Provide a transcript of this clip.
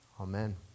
amen